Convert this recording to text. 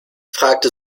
fragte